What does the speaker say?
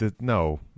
no